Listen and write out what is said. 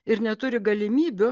ir neturi galimybių